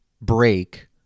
break